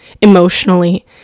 emotionally